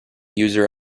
user